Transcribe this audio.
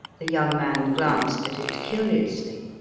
the young man glanced at it curiously.